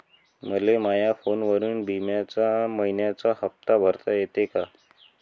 मले माया फोनवरून बिम्याचा मइन्याचा हप्ता भरता येते का?